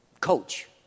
coach